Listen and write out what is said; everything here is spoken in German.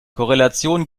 korrelation